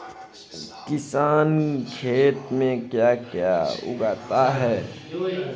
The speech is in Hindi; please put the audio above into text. किसान खेत में क्या क्या उगाता है?